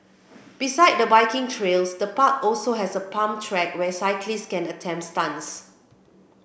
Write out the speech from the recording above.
beside the biking trails the park also has a pump track where cyclists can attempt stunts